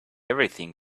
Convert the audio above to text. everything